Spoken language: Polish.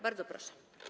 Bardzo proszę.